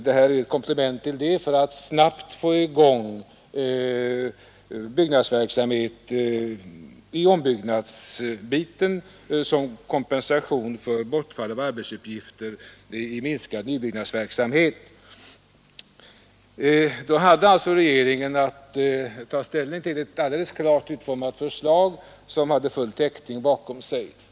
Det är ett komplement för att snabbt få i gång ombyggnadsverksamhet som kompensation för det bortfall av arbetsuppgifter som förorsakas av minskad nybyggnadsverksamhet Regeringen hade alltså att ta ställning till ett klart utformat förslag som hade full täckning bakom sig.